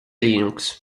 linux